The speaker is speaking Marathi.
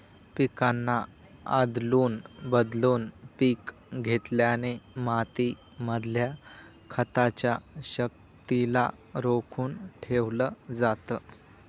पिकांना आदलून बदलून पिक घेतल्याने माती मधल्या खताच्या शक्तिला रोखून ठेवलं जातं